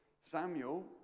Samuel